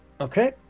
Okay